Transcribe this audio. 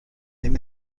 این